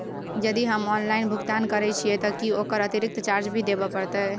यदि हम ऑनलाइन भुगतान करे छिये त की ओकर अतिरिक्त चार्ज भी देबे परतै?